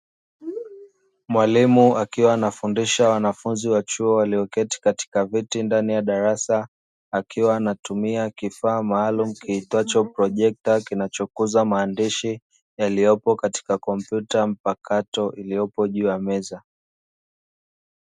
Mwalimu akiwa anafundisha wanafunzi wa chuo, walioketi katika viti ndani ya darasa ,akiwa anatumia kifaa maalumu kiitwacho projekta, kinachokuza maandishi yaliyopo katika kompyuta mpakato iliyopo juu ya meza.